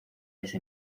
ese